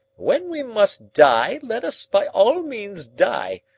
when we must die let us by all means die,